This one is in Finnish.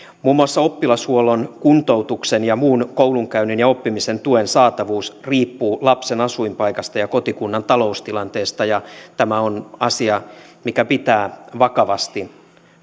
muun muassa oppilashuollon kuntoutuksen ja muun koulunkäynnin ja oppimisen tuen saatavuus riippuu lapsen asuinpaikasta ja kotikunnan taloustilanteesta tämä on asia mikä pitää vakavasti